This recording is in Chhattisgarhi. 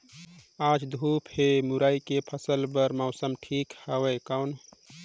आज धूप हे मुरई के फसल बार मौसम ठीक हवय कौन?